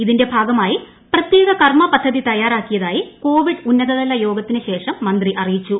ഇതിന്റെ ഭാഗമായി പ്രത്യേക കർമ്മ പദ്ധതി തയ്യാറാക്കിയതായി കോവിഡ് ഉന്നതതല യോഗത്തിന് ശേഷം മന്ത്രി അറിയിച്ചു